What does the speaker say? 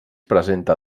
presenta